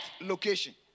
location